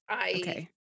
Okay